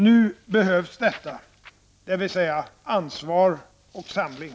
Nu behövs detta, dvs. ansvar och samling.